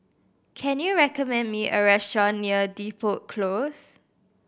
can you recommend me a restaurant near Depot Close